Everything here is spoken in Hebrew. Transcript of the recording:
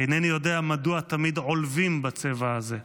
אינני יודע מדוע תמיד עולבים בצבע הזה.